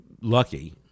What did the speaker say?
lucky